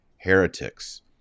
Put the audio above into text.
Heretics